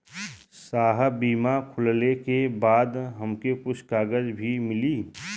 साहब बीमा खुलले के बाद हमके कुछ कागज भी मिली?